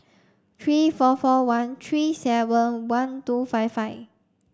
three four four one three seven one two five five